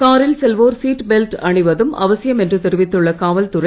காரில் செல்வோர் சீட்பெல்ட் அணிவதும் அவசியம் தெரிவித்துள்ள காவல்துறை